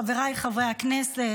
חבריי חברי הכנסת,